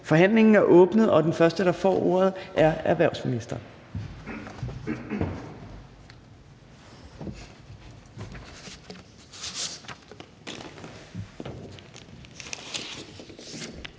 Forhandlingen er åbnet, og den første, der får ordet, er erhvervsministeren.